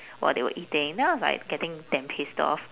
while they were eating then I was like getting damn pissed off